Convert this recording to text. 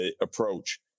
approach